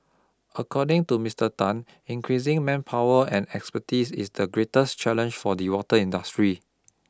according to Mister Tan increasing manpower and expertise is the greatest challenge for the water industry